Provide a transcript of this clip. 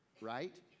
right